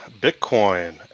bitcoin